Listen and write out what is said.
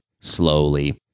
slowly